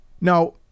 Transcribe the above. now